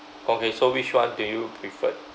okay so which one do you prefer